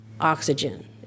oxygen